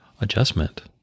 adjustment